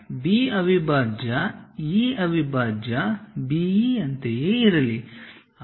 ಆದ್ದರಿಂದ B ಅವಿಭಾಜ್ಯ E ಅವಿಭಾಜ್ಯ BE ಅಂತೆಯೇ ಇರಲಿ